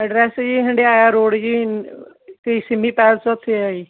address ਜੀ Handiaya road ਜੀ ਅਤੇ ਸਿੰਮੀ ਪੇਲਸ ਉੱਥੇ ਆ ਜੀ